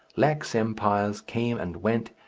lax empires came and went,